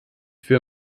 für